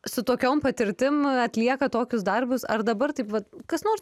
su tokiom patirtim atlieka tokius darbus ar dabar taip va kas nors